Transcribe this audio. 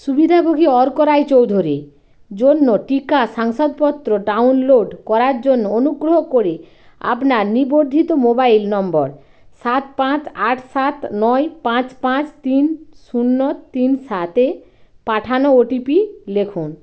সুবিধাভোগী অর্ক রায়চৌধুরী জন্য টিকা শাংসাদপত্র ডাউনলোড করার জন্য অনুগ্রহ করে আপনার নিবর্ধিত মোবাইল নম্বর সাত পাঁচ আট সাত নয় পাঁচ পাঁচ তিন শূন্য তিন সাত এ পাঠানো ও টি পি লেখুন